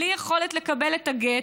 בלי יכולת לקבל את הגט,